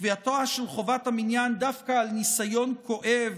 קביעתה של חובת המניין דווקא על ניסיון כואב